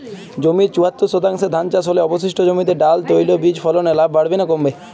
জমির চুয়াত্তর শতাংশে ধান চাষ হলে অবশিষ্ট জমিতে ডাল তৈল বীজ ফলনে লাভ বাড়বে না কমবে?